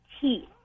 teeth